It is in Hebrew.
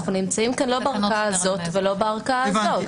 אנחנו לא נמצאים בערכאה הזאת ולא בערכאה הזאת.